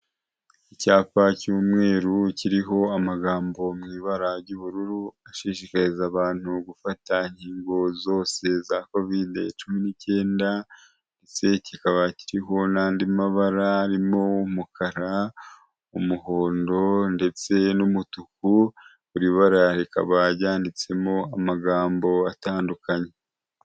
Icyapa cy'umweru kiriho amagambo mu ibara ry'ubururu, ashishikariza abantu gufata ikingo zose za Covid 19 ndetse kikaba kiriho nandi mabara arimo umukara, umuhondo, ndetse n'umutuku. Buri bara rikaba ryanditsemo amagambo atandukanye.